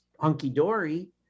hunky-dory